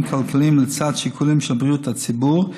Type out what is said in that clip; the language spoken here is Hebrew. כלכליים לצד שיקולים של בריאות הציבור,